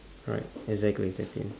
correct exactly thirteen